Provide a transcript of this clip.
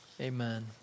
amen